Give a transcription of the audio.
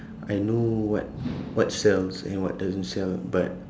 I know what what sells and what doesn't sell but